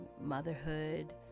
motherhood